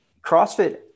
CrossFit